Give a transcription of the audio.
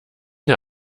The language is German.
der